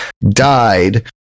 died